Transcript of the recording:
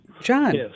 John